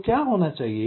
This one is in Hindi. तो क्या होना चाहिए